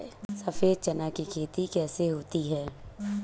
सफेद चना की खेती कैसे होती है?